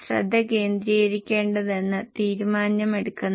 2 ആകുമോ സാധാരണ വിൽപ്പന വില ലഭിക്കുന്നത്